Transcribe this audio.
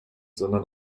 sondern